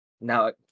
Now